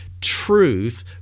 Truth